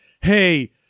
Hey